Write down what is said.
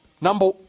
number